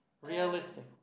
realistic